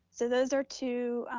so those are two